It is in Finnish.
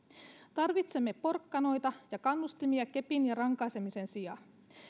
tarvitsemme porkkanoita ja kannustimia kepin ja rankaisemisen sijaan